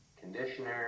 conditioner